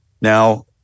Now